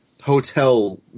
hotel